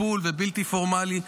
טיפולי ובלתי פורמלי,